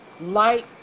light